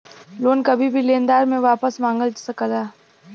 loan कभी भी लेनदार से वापस मंगल जा सकला